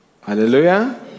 hallelujah